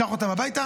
שנשלח אותם הביתה?